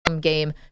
Game